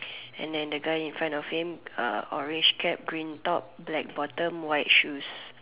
and then the guy in front of him uh orange cap green top black bottom white shoes